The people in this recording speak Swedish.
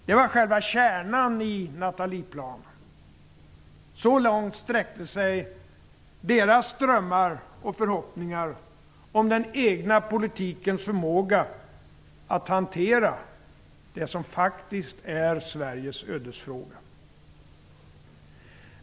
Det var själva kärnan i Nathalieplanen. Så långt sträckte sig regeringens drömmar och förhoppningar om den egna politikens förmåga att hantera det som faktiskt är Sveriges ödesfråga.